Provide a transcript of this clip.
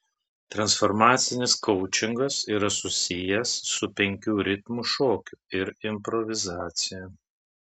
transformacinis koučingas yra susijęs su penkių ritmų šokiu ir improvizacija